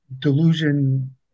delusion